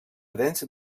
dents